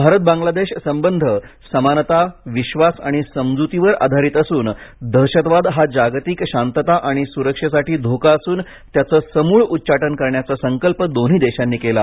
भारत बांग्लादेश संबंध समानता विश्वास आणि समजुतीवर आधारित असून दहशतवाद हा जागतिक शांतता आणि सुरक्षेसाठी धोका असून त्याचं समूळ उच्चाटन करण्याचा संकल्प दोन्ही देशांनी करण्यात आला